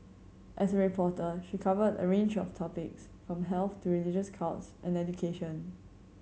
as a reporter she covered a range of topics from health to religious cults and education